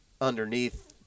underneath